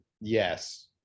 yes